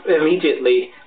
immediately